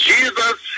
Jesus